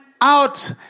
out